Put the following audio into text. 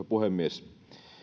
puhemies